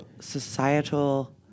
societal